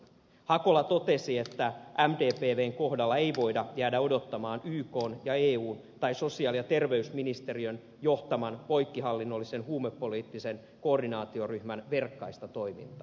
hakola totesi että mdpvn kohdalla ei voida jäädä odottamaan ykn ja eun tai sosiaali ja terveysministeriön johtaman poikkihallinnollisen huumepoliittisen koordinaatioryhmän verkkaista toimintaa